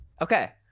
Okay